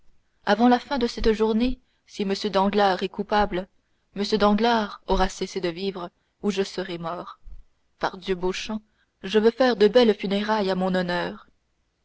avant la fin de cette journée si m danglars est le coupable m danglars aura cessé de vivre ou je serai mort pardieu beauchamp je veux faire de belles funérailles à mon honneur